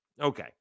Okay